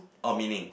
or meaning